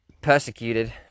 persecuted